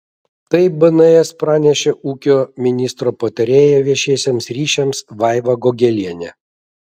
tai bns pranešė ūkio ministro patarėja viešiesiems ryšiams vaiva gogelienė